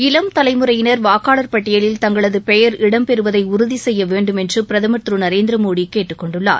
இளம் தலைமுறையினர் வாக்காளர் பட்டியலில் தங்களது பெயர் இடம்பெறுவதை உறுதி செய்ய வேண்டும் என்று பிரதமர் திரு நரேந்திர மோடி கேட்டுக்கொண்டுள்ளார்